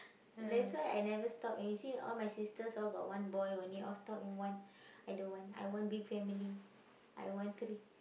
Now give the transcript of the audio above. that's why I never stop you see all my sisters all got one boy only all stop in one I don't want I want big family I want three